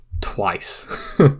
twice